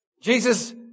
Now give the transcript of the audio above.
Jesus